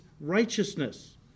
righteousness